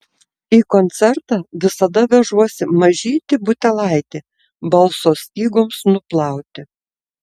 į koncertą visada vežuosi mažytį butelaitį balso stygoms nuplauti